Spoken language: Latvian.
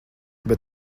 bet